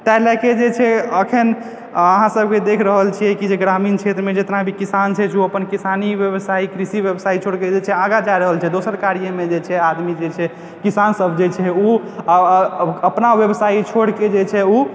तैं लय कऽ जे छै अखन अहाँ सब जे देख रहल छियै ग्रामीण क्षेत्रमे जेतना भी किसान छै ओ अपन किसानी व्यवसाय ई कृषि व्यवसाय छोरि कऽ जे छै आगाँ जाय रहल छै दोसर कार्यमे जे छै आदमी जे छै किसान जे सब छै ओ अपना व्यवसाय छोरि कऽ जे छै ओ